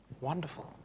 Wonderful